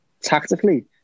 Tactically